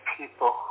people